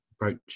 approach